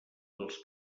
dels